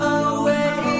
away